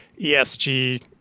ESG